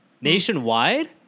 Nationwide